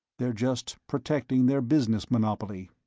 they're just protecting their business monopoly.